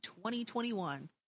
2021